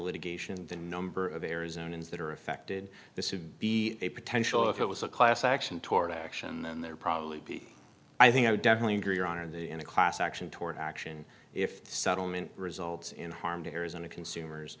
litigation and the number of arizona is that are affected this would be a potential if it was a class action toward action and there probably be i think i would definitely agree or are they in a class action toward action if settlement results in harm to arizona consumers